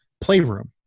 playroom